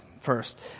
first